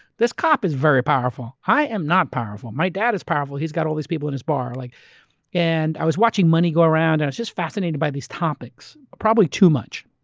this cop is very powerful. i am not powerful, my dad is powerful. he's got all these people in his bar. like and i was watching money go around. i was just fascinated by these topics, probably too much.